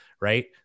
right